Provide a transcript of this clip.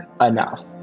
enough